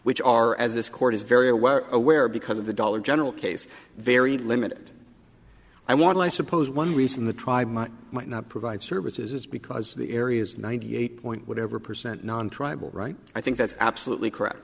which are as this court is very aware aware because of the dollar general case very limited i want to i suppose one reason the tribe might not provide services is because the area is ninety eight point whatever percent non tribal right i think that's absolutely correct